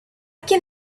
can